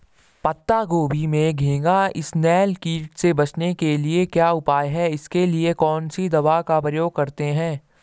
पत्ता गोभी में घैंघा इसनैल कीट से बचने के क्या उपाय हैं इसके लिए कौन सी दवा का प्रयोग करते हैं?